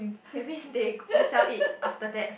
maybe they ownself eat after that